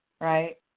right